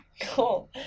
cool